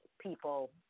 people